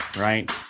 right